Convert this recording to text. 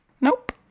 Nope